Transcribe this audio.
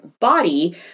body